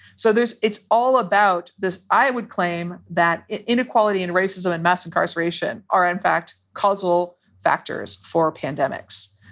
so there's it's all about this. i would claim that inequality and racism and mass incarceration are, in fact, causal factors for pandemics.